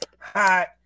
hot